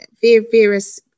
various